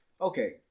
Okay